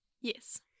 Yes